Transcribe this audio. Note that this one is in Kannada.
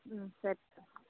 ಹ್ಞೂ ಸರಿ